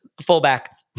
fullback